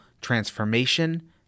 transformation